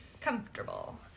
comfortable